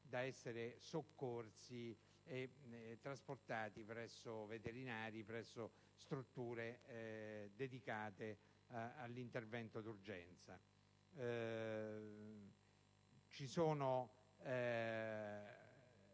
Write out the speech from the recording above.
di essere soccorsi e trasferiti presso veterinari o strutture dedicate agli interventi di urgenza. Vi sono